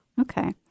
Okay